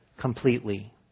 completely